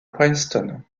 princeton